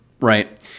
right